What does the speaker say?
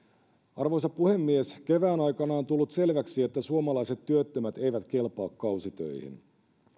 arvoisa puhemies kevään aikana on tullut selväksi että suomalaiset työttömät eivät kelpaa kausitöihin